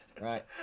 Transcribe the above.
Right